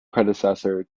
predecessor